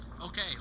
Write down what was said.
okay